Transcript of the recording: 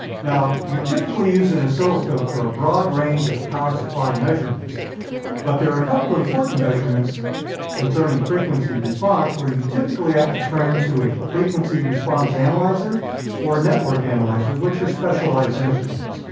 now, you typically use an oscilloscope for a broad range of power supply measurements but there are a couple of important measurements concerning frequency response where you typically have to turn to a frequency response analyzer or a network analyzer, which specialized instruments.